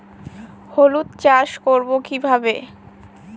হলুদ চাষ করব কিভাবে?